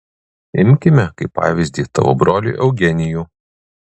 imkime kaip pavyzdį tavo brolį eugenijų